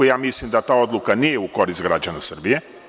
Mislim da ta odluka nije u korist građana Srbije.